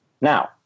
Now